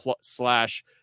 slash